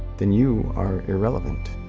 then you are irrelevant.